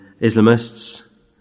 Islamists